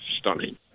stunning